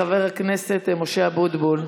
חבר הכנסת משה אבוטבול,